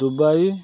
Dubai